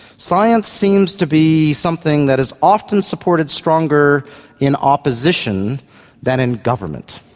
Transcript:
science seems to be something that is often supported stronger in opposition than in government.